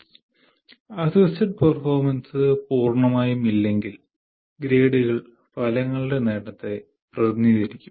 ഇത് 1 assisted performance പൂർണ്ണമായും ഇല്ലെങ്കിൽ ഗ്രേഡുകൾ ഫലങ്ങളുടെ നേട്ടത്തെ പ്രതിനിധീകരിക്കും